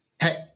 Hey